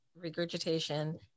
regurgitation